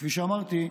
וכפי שאמרתי,